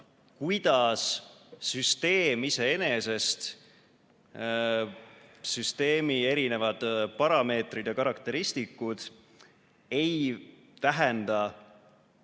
kuidas süsteem iseenesest ja süsteemi erinevad parameetrid ja karakteristikud ei tähenda